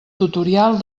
tutorial